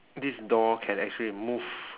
this doll can actually move